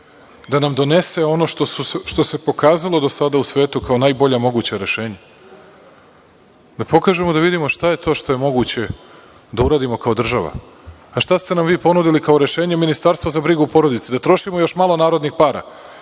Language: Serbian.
da nam donese ono što se pokazalo do sada u svetu kao najbolje moguće rešenje, da pokažemo, da vidimo šta je to što je moguće da uradimo kao država. Šta ste nam vi ponudili kao rešenje? Ministarstvo za brigu o porodici, da trošimo još malo narodnih para.